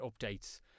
updates